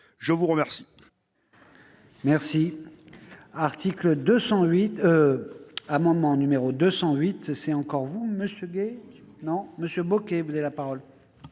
Je vous remercie,